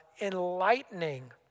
enlightening